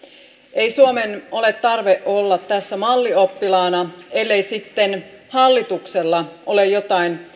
ei suomella ole tarvetta olla tässä mallioppilaana ellei sitten hallituksella ole joitain